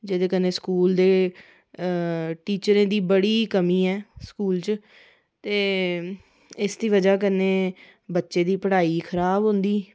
जेह्दे कन्नै स्कूल ते टीचरें दी बड़ी कमी ऐ स्कूल च ते इसदी बजह् कन्नै बच्चें दी पढ़ाई खराब होंदी